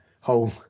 whole